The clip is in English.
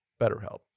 BetterHelp